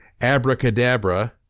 abracadabra